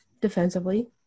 defensively